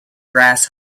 grass